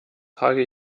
trage